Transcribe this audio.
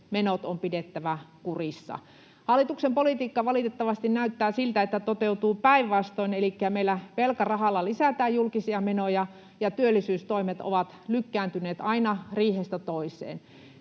menot on pidettävä kurissa. Hallituksen politiikka valitettavasti näyttää siltä, että toteutuu päinvastainen: elikkä meillä velkarahalla lisätään julkisia menoja, ja työllisyystoimet ovat lykkääntyneet aina riihestä toiseen.